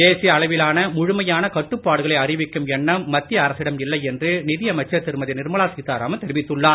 தேசிய அளவிலான முழுமையான கட்டுப்பாடுகளை அறிவிக்கும் எண்ணம் மத்திய அரசிடம் இல்லை என்று நிதியமைச்சர் திருமதி நிர்மலா சீதாராமன் தெரிவித்துள்ளார்